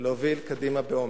ולהוביל קדימה באומץ.